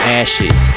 ashes